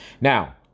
Now